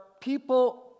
people